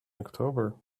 october